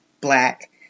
Black